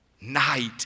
Night